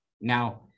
Now